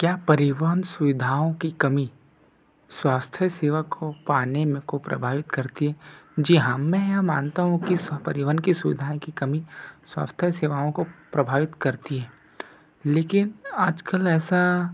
क्या परिवहन सुविधाओं की कमी स्वास्थ सेवा को पाने में कुप्रवाहित करती है जी हाँ मैं यह मानता हूँ कि सपरिवहन सुविधाओं की कमी स्वास्थ्य सेवाओं को प्रवाहित करती है लेकिन आजकल ऐसा